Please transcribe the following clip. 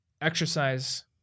exercise